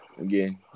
again